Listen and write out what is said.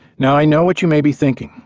now i know what you may be thinking,